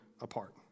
apart